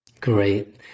Great